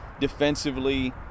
defensively